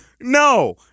No